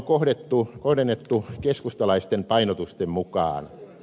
ne on kohdennettu keskustalaisten painotusten mukaan